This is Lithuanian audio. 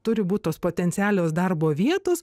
turi būt tos potencialios darbo vietos